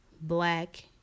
black